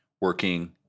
working